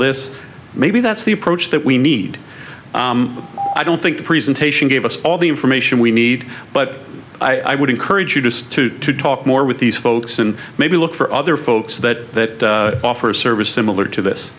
this maybe that's the approach that we need i don't think the presentation gave us all the information we need but i would encourage you just to talk more with these folks and maybe look for other folks that offer a service similar to this